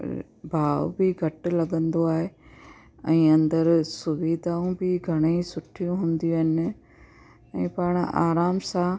भाव बि घटि लॻंदो आहे ऐं अंदरि सुविधाऊं बि घणेई सुठियूं हूंदियूं आहिनि ऐं पाणि आराम सां